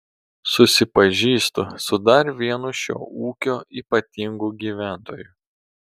susipažįstu su dar vienu šio ūkio ypatingu gyventoju